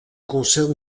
concert